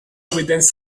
evident